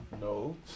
No